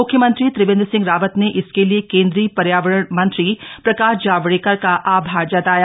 मुख्यमंत्री त्रिवेन्द्र सिंह रावत ने इसके लिए केन्द्रीय पर्यावरण मंत्री प्रकाश जावड़ेकर का आभार जताया